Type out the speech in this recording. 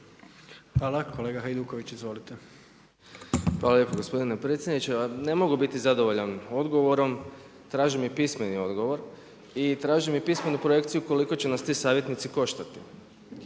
izvolite. **Hajduković, Domagoj (SDP)** Hvala lijepo gospodine predsjedniče. Ne mogu biti zadovoljan odgovorom, tražim i pismeni odgovor. I tražim i pismenu projekciju koliko će nas ti savjetnici koštati.